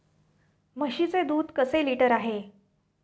म्हशीचे दूध कसे लिटर आहे?